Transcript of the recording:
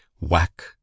whack